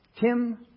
Tim